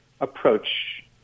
approach